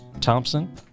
Thompson